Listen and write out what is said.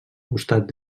costat